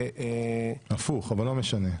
--- הפוך, אבל לא משנה.